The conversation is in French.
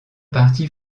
partie